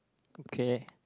okay